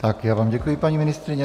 Já vám děkuji, paní ministryně.